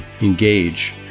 engage